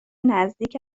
نزدیک